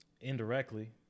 Indirectly